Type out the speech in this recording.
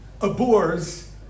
abhors